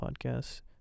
Podcasts